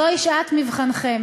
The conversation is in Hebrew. זוהי שעת מבחנכם.